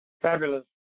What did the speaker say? fabulous